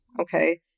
Okay